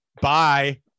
Bye